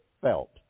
felt